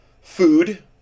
food